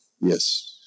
Yes